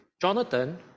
Jonathan